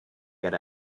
get